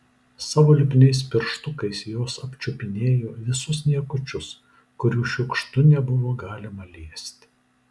savo lipniais pirštukais jos apčiupinėjo visus niekučius kurių šiukštu nebuvo galima liesti